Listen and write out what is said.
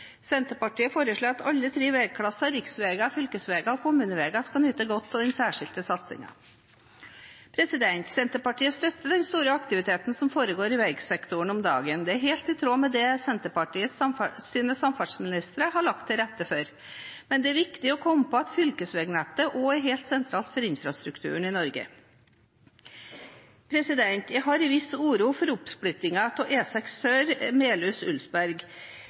Senterpartiet foreslår at alle tre veiklasser, riksveier, fylkesveier og kommuneveier, skal nyte godt av denne særskilte satsingen. Senterpartiet støtter den store aktiviteten som foregår i veisektoren om dagen. Dette er helt i tråd med det Senterpartiets samferdselsministere har lagt til rette for. Men det er viktig å huske at fylkesveinettet også er helt sentralt for infrastrukturen i Norge. Jeg har en viss uro for oppsplittingen av E6 sør